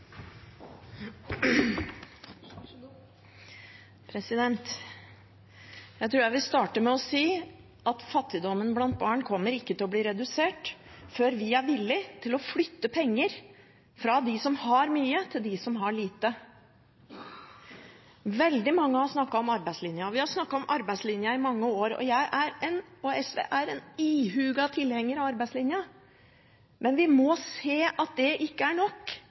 Jeg tror jeg vil starte med å si at fattigdommen blant barn kommer ikke til å bli redusert før vi er villige til å flytte penger fra dem som har mye, til dem som har lite. Veldig mange har snakket om arbeidslinja, vi har snakket om arbeidslinja i mange år. Jeg og SV er ihuga tilhengere av arbeidslinja, men vi må se at det ikke er nok, og at den arbeidslinja vi har fått til til nå, heller ikke er god nok.